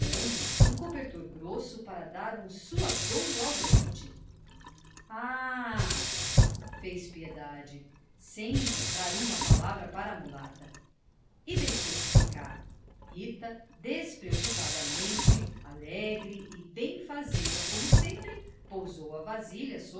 ombro um cobertor grosso para dar um suadouro ao doente ah fez piedade sem encontrar uma palavra para a mulata e deixou-se ficar rita despreocupadamente alegre e benfazeja como sempre pousou a vasilha